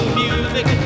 music